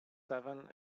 seven